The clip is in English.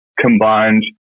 combined